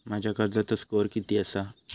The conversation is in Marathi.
माझ्या कर्जाचो स्कोअर किती आसा?